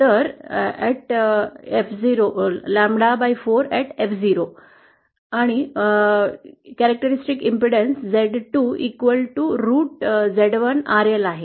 तर हा लॅम्ब्डा4 at F 0 वैशिष्ट्यपूर्ण अडथळा z2 root आहे